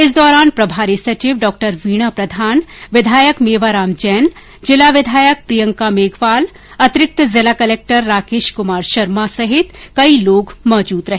इस दौरान प्रभारी सचिव डॉ वीणा प्रधान विधायक मेवाराम जैन जिला प्रमुख प्रियंका मेघवाल अतिरिक्त जिला कलेक्टर राकेश कुमार शर्मा सहित कई लोग मौजूद रहे